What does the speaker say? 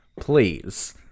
please